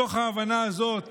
מתוך ההבנה הזאת